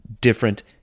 different